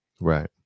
Right